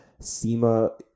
SEMA